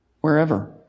Wherever